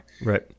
Right